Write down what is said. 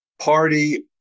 party